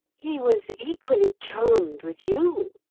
he was equally charmed with you,